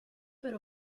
per